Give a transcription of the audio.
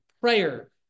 prayer